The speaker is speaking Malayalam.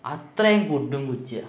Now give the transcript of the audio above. അത്രയും കുണ്ടും കുജ്ജ്യാണ്